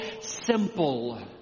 simple